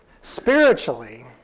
Spiritually